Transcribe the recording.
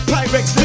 Pyrex